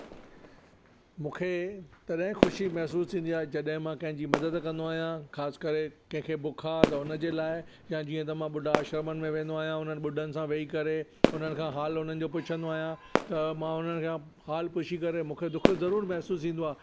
मूंखे तॾहिं ख़ुशी महसूसु थींदी आहे जॾहिं मां कंहिंजी मदद कंदो आहियां ख़ासि करे कंहिंखे बुख आहे त हुनजे लाइ या जीअं त मां ॿुढा आश्रमनि में वेंदो आहियां हुननि ॿुढनि सां वेही करे हुननि खां हाल हुननि जो पुछंदो आहियां त मां हुननि खां हाल पुछी करे मूंखे दुखु ज़रूरु महसूसु ईंदो आहे